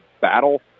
battle